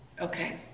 Okay